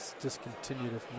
discontinued